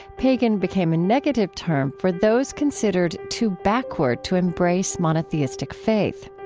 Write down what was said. pagan became a negative term for those considered too backward to embrace monotheistic faith.